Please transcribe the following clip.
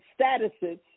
statuses